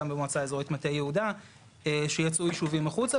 וגם במועצה אזורית מטה יהודה שיצאו ישובים החוצה,